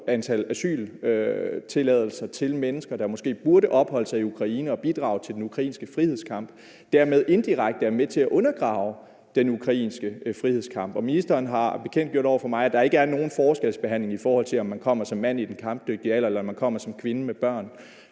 antal asyltilladelser til mennesker, der måske burde opholde sig i Ukraine og bidrage til den ukrainske frihedskamp, dermed indirekte er med til at undergrave den ukrainske frihedskamp. Ministeren har bekendtgjort over for mig, at der ikke er nogen forskelsbehandling, i forhold til om man kommer som mand i den kampdygtige alder, eller om man kommer som kvinde med børn,